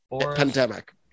Pandemic